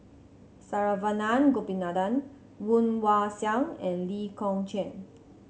Saravanan Gopinathan Woon Wah Siang and Lee Kong Chian